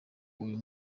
uyu